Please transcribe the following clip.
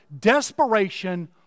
desperation